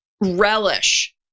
relish